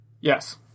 yes